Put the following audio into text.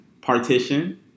Partition